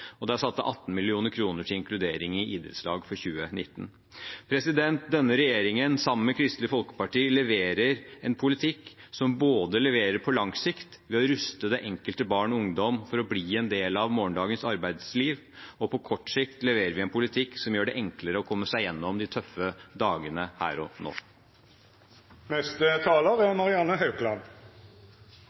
og det er satt av 18 mill. kr til inkludering i idrettslag for 2019. Denne regjeringen, sammen med Kristelig Folkeparti, har en politikk som leverer både på lang sikt, ved å ruste det enkelte barn og den enkelte ungdom til å bli en del av morgendagens arbeidsliv, og på kort sikt, med en politikk som gjør det enklere å komme seg gjennom de tøffe dagene her og